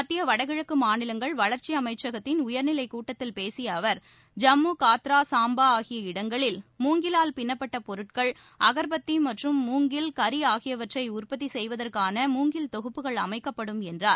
மத்திய வடகிழக்கு மாநிலங்கள் வளர்ச்சி அமைச்சகத்தின் உயர்நிலைக் கூட்டத்தில் பேசிய அவர் ஜம்மு காத்ரா சாம்பா ஆகிய இடங்களில் மூங்கிவால் பின்னப்பட்ட பொருட்கள் அகர்பத்தி மற்றும் மூங்கில் கரி ஆகியவற்றை உற்பத்தி செய்வதற்கான மூங்கில் தொகுப்புகள் அமைக்கப்படும் என்றார்